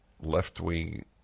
left-wing